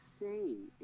insane